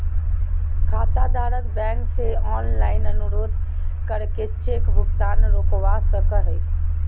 खाताधारक बैंक से ऑनलाइन अनुरोध करके चेक भुगतान रोकवा सको हय